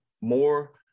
more